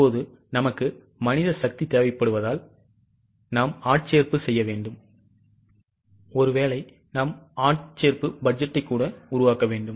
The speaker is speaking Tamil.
இப்போது நமக்கு மனித சக்தி தேவைப்படுவதால் நாம் ஆட்சேர்ப்பு செய்ய வேண்டும் ஒருவேளை நாம் ஒரு ஆட்சேர்ப்பு பட்ஜெட்டை உருவாக்க வேண்டும்